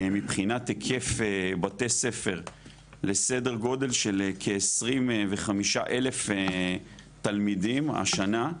מבחינת היקף בתי ספר לסדר גודל של 25,000 תלמידים השנה,